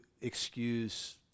excuse